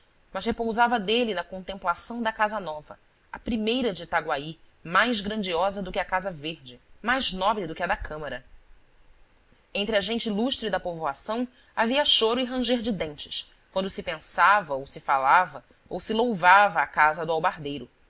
mas repousava dele na contemplação da casa nova a primeira de itaguaí mais grandiosa do que a casa verde mais nobre do que a da câmara entre a gente ilustre da povoação havia choro e ranger de dentes quando se pensava ou se falava ou se louvava a casa do albardeiro